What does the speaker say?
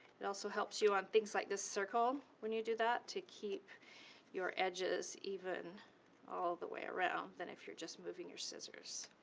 it also helps you on things like this circle, when you do that, to keep your edges even all the way around, then if you're just moving your scissors.